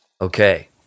Okay